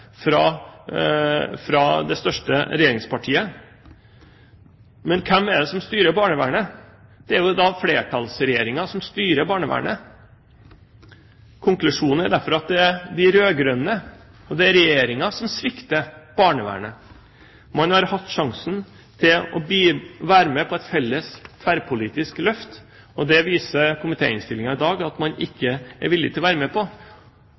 fra det største regjeringspartiet. Men hvem er det som styrer barnevernet? Det er flertallsregjeringen som styrer barnevernet. Konklusjonen er derfor at det er de rød-grønne og Regjeringen som svikter barnevernet. Man har hatt sjansen til å være med på et felles tverrpolitisk løft, og det viser komitéinnstillingen i dag at man ikke er villig til å være med på.